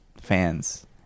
fans